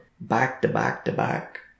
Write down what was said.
back-to-back-to-back